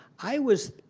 i was